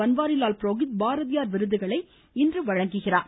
பன்வாரிலால் புரோஹித் பாரதியார் விருதுகளை இன்று வழங்குகிறார்